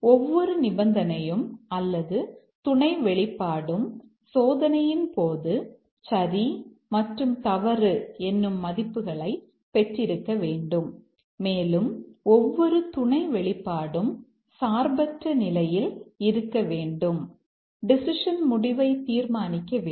ஒவ்வொரு நிபந்தனையும் அல்லது துணை வெளிப்பாடும் சோதனையின் போது சரி மற்றும் தவறு என்னும் மதிப்புகளைப் பெற்றிருக்க வேண்டும் மேலும் ஒவ்வொரு துணை வெளிப்பாடும் சார்பற்ற நிலையில் இருக்க வேண்டும் டெசிஷன் முடிவை தீர்மானிக்க வேண்டும்